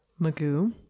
Magoo